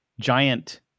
giant